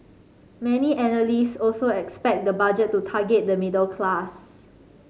many analyst also expect the Budget to target the middle class